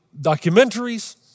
documentaries